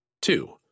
Two